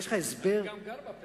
יש לך הסבר, אני גם גר בפריפריה.